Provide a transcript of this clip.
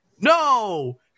no